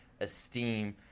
esteem